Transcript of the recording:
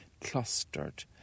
clustered